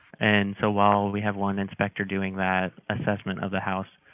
and so while we have one inspector doing that assessment of the house,